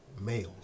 males